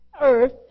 earth